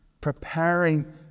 preparing